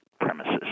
premises